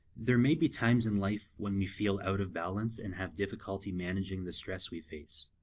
there may be times in life when we feel out of balance and have difficulty managing the stress we face.